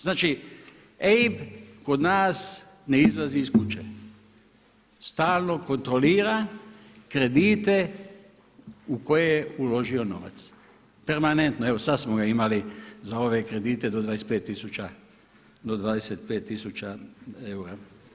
Znači EIB kod nas ne izlazi iz kuće, stalno kontrolira kredite u koje je uložio novac, permanentno, evo sada smo ga imali za ove kredite do 25 tisuća, do 25 tisuća eura.